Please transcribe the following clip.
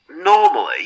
normally